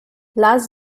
lass